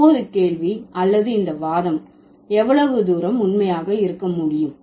இப்போது கேள்வி அல்லது இந்த வாதம் எவ்வளவு தூரம் உண்மையாக இருக்க முடியும்